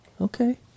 Okay